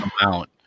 amount